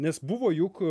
nes buvo juk